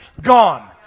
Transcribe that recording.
gone